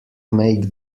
make